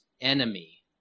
enemy